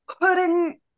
putting